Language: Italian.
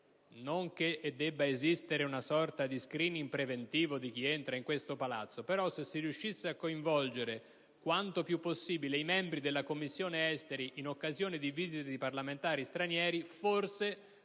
Non che debba esistere una sorta di *screening* preventivo di chi entra in questo Palazzo, però se si riuscisse a coinvolgere quanto più possibile i membri della Commissione esteri in occasione di visite di parlamentari stranieri, forse